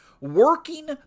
working